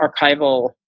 archival